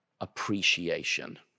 appreciation